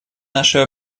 нашей